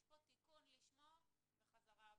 יש פה תיקון לשמו, וזהו.